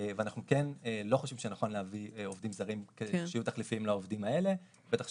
אנחנו לא חושבים שנכון להביא עובדים זרים שיהיו תחליפיים לעובדים האלה.